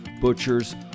butchers